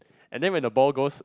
and then when the ball goes